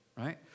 Right